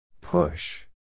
Push